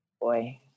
Boy